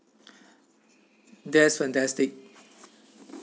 that's fantastic